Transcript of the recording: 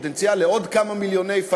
עם פוטנציאל לעוד כמה מיליוני,